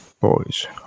boys